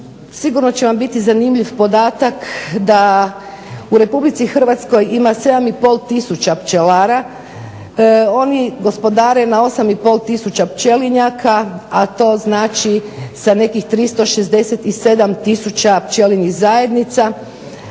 Sigurno će vam biti zanimljiv podatak da u Republici Hrvatskoj ima 7 i pol tisuća pčelara. Oni gospodare na 8 i pol tisuća pčelinjaka a to znači sa nekih 367000 pčelinjih zajednica.